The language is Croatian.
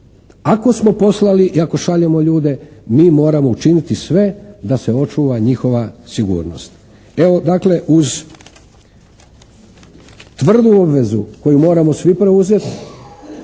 Ako smo poslali i ako šaljemo ljude mi moramo učiniti sve da se očuva njihova sigurnost. Evo dakle uz tvrdu obvezu koju moramo svi preuzeti